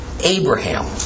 Abraham